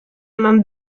eman